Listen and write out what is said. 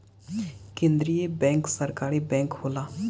केंद्रीय बैंक सरकारी बैंक होला